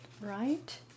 right